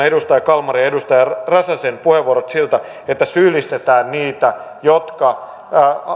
edustaja kalmarin ja edustaja räsäsen puheenvuorot kuulostavat enemmän siltä että syyllistetään niitä jotka